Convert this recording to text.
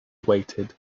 waited